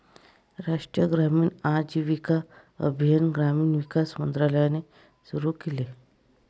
राष्ट्रीय ग्रामीण आजीविका अभियान ग्रामीण विकास मंत्रालयाने सुरू केले